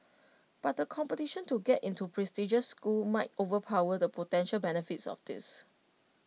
but the competition to get into prestigious schools might overpower the potential benefits of this